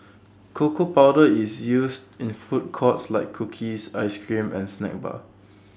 cocoa powder is used in food cost like cookies Ice Cream and snack bars